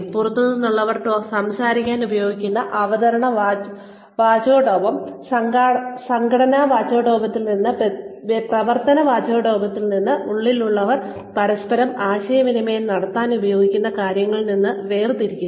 പുറത്തുനിന്നുള്ളവർ സംസാരിക്കാൻ ഉപയോഗിക്കുന്ന അവതരണ വാചാടോപം സംഘടനാ വാചാടോപത്തിൽ നിന്ന് പ്രവർത്തന വാചാടോപത്തിൽ നിന്ന് ഉള്ളിലുള്ളവർ പരസ്പരം ആശയവിനിമയം നടത്താൻ ഉപയോഗിക്കുന്ന കാര്യങ്ങളിൽ നിന്ന് വേർതിരിക്കുക